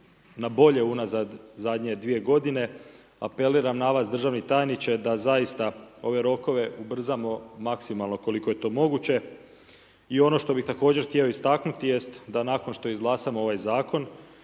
na bolje unazad zadnje 2 g., apeliram na vas državni tajniče, da zaista ove rokove ubrzamo maksimalno koliko je to moguće i ono što bi također htio istaknuti jest da nakon što izglasamo ovaj zakon,